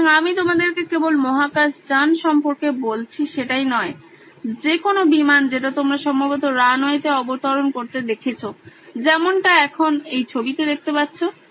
সুতরাং আমি তোমাদেরকে কেবল মহাকাশযান সম্পর্কে বলছি সেটাই নয় যে কোনো বিমান যেটা তোমরা সম্ভবত রানওয়েতে অবতরণ করতে দেখেছো যেমনটা এখন এই ছবিতে দেখতে পাচ্ছো